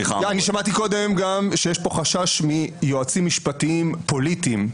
שמעתי קודם שיש כאן חשש מיועצים משפטיים פוליטיים.